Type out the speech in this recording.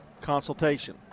consultation